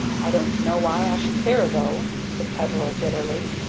i don't know why i should care, though, said peveril, bitterly,